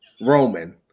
Roman